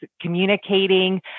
communicating